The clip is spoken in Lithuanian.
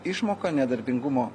išmoką nedarbingumo